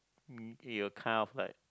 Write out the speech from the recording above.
it will kind of like